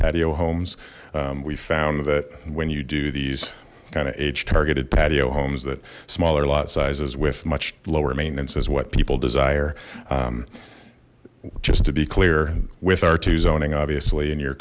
patio homes we found that when you do these kind of age targeted patio homes that smaller lot sizes with much lower maintenance is what people desire just to be clear with our to zoning obviously in your